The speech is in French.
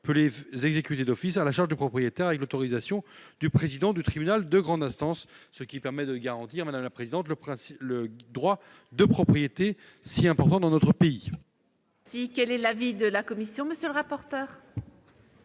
peut les faire exécuter d'office, à la charge du propriétaire, avec l'autorisation du président du tribunal de grande instance, ce qui garantit le respect du droit de propriété, si important dans notre pays.